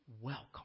welcome